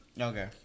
Okay